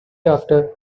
after